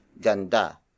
ganda